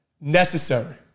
necessary